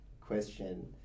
question